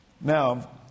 Now